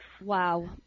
Wow